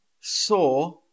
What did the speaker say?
saw